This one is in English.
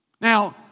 Now